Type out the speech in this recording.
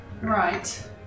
Right